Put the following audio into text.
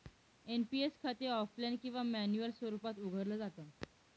NPS खाते offline किंवा manual स्वरूपात उघडलं जात